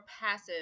passive